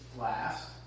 last